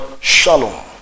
shalom